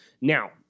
Now